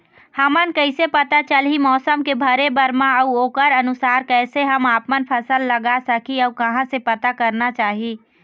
हमन कैसे पता चलही मौसम के भरे बर मा अउ ओकर अनुसार कैसे हम आपमन फसल लगा सकही अउ कहां से पता करना चाही?